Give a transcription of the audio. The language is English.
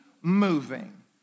moving